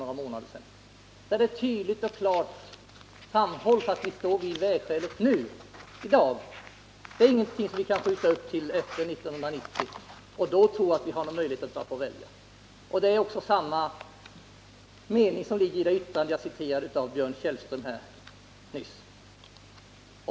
Där framhålls det tydligt och klart att vi står vid vägskälet i dag. Det är ingenting vi kan skjuta upp till efter 1990 och vi skall inte tro att vi då har någon möjlighet att välja. Det är också samma mening som ligger i det yttrande av Björn Kjellström som jag citerade nyss.